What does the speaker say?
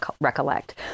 recollect